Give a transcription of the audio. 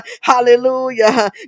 Hallelujah